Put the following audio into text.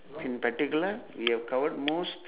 in particular we have covered most